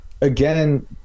again